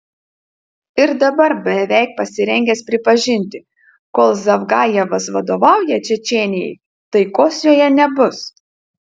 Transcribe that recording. ir dabar beveik pasirengęs pripažinti kol zavgajevas vadovauja čečėnijai taikos joje nebus